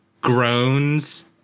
groans